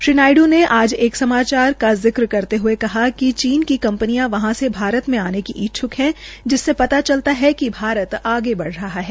श्री नायडू ने आज एक समाचार का जिक्र करते हये कहा कि चीन की कंपनियां वहांसे भारत में आने की इच्छक है जिससे पता चलता है कि भारत आगे बढ़ रहा है